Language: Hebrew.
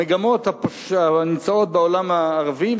המגמות המתפתחות בעולם הערבי,